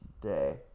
day